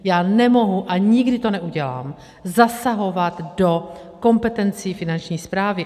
Já nemohu, a nikdy to neudělám, zasahovat do kompetencí Finanční správy.